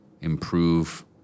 improve